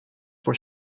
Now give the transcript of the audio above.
voor